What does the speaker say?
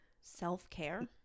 self-care